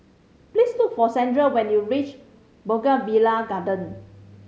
please look for Sandra when you reach Bougainvillea Garden